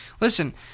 Listen